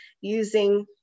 using